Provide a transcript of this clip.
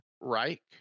Reich